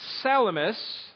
Salamis